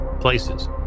places